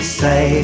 say